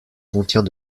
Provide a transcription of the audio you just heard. contient